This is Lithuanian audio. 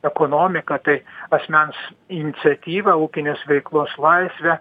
ekonomiką tai asmens iniciatyvą ūkinės veiklos laisvę